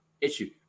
issue